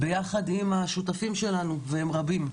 ביחד עם השותפים שלנו, והם רבים.